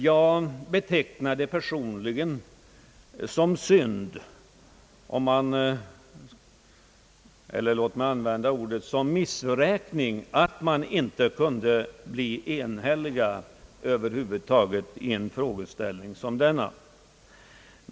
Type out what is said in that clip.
Jag betecknar det personligen som synd eller låt mig använda ordet missräkning att man inte kunde bli enig i en fråga som denna.